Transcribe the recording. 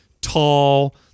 tall